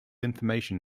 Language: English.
information